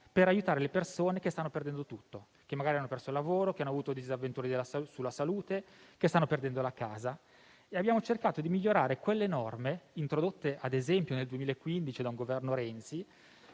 per aiutare le persone che stanno perdendo tutto, che magari hanno perso il lavoro, che hanno avuto disavventure riguardanti la propria salute o che stanno perdendo la casa. Abbiamo dunque cercato di migliorare quelle norme, introdotte ad esempio nel 2015 dal Governo Renzi,